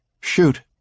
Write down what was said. Shoot